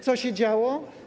Co się działo?